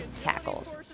tackles